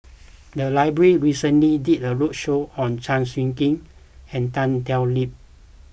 the library recently did a roadshow on Chew Swee Kee and Tan Thoon Lip